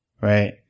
Right